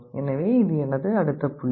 எனவே இது எனது அடுத்த புள்ளி